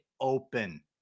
open